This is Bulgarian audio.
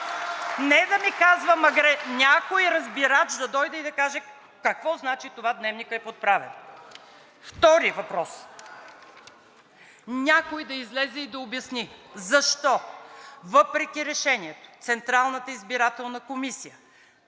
не да ми казва… Някой разбирач да дойде и да каже какво значи това „Дневникът е подправен“? Втори въпрос, някой да излезе и да обясни защо въпреки решението на Централната избирателна комисия